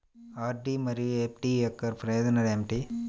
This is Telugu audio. ఆర్.డీ మరియు ఎఫ్.డీ యొక్క ప్రయోజనాలు ఏమిటి?